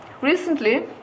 Recently